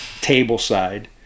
table-side